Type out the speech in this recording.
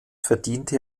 verdiente